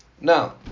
Now